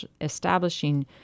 establishing